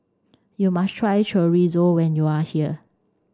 you must try Chorizo when you are here